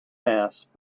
mass